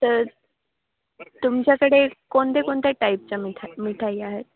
तर तुमच्याकडे कोणत्या कोणत्या टाईपच्या मिठा मिठाई आहेत